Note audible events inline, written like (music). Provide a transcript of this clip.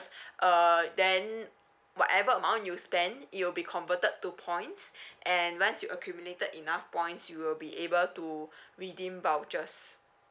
(breath) uh then whatever amount you spent it will be converted to points (breath) and once you accumulated enough points you will be able to (breath) redeem vouchers